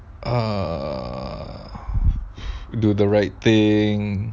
err do the right thing